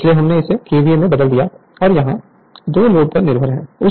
इसलिए हमने इसे KVA में बदल दिया और यह 2 लोड पर निर्भर है